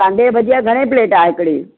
कांधे भजिया घणे प्लेट आहे हिकिड़ी